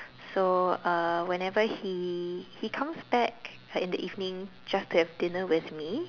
so uh whenever he he comes back like in the evening just to have dinner with me